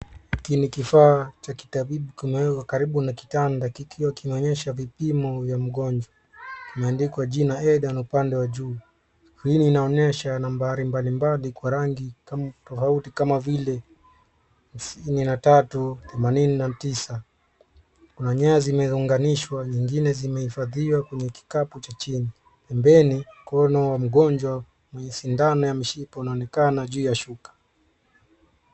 Hiki ni kifaa cha kitabibu kimewekwa karibu na kitanda kikiwa kinaonyesha vipimo vya mgonjwa. Kimeandikwa jina Edan upande wajuu. Skrini inaonyesha nambari mbalimbali kwa rangi kama vile 5389. Kuna nyaya zimeunganishwa, nyingine zimehifadhiwa kwenye kikapu cha chini. Mbele mkono wa mgonjwa mwenye sindano ya mishipa unaonekana juu ya shuka.